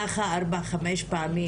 ככה ארבע חמש פעמים,